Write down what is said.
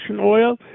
oil